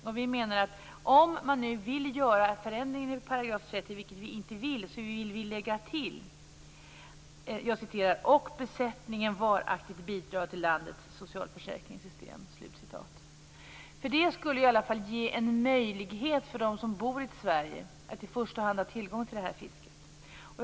Om man nu vill göra denna förändring i 30 §, vilket vi inte vill, bör man lägga till "och besättningen varaktigt bidrar till landets socialförsäkringssystem". Det skulle i alla fall ge dem som bor i Sverige möjligheten att i första hand ha tillgång till detta fiske.